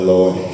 Lord